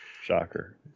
Shocker